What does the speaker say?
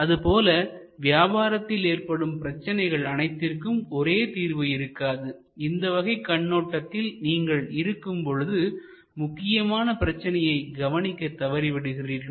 அதுபோல வியாபாரத்தில் ஏற்படும் பிரச்சனைகள் அனைத்திற்கும் ஒரே தீர்வு இருக்காதுஇந்த வகை கண்ணோட்டத்தில் நீங்கள் இருக்கும் பொழுது முக்கியமான பிரச்சனைகளை கவனிக்கத் தவறிவிடுகிறார்கள்